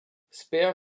spare